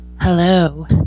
Hello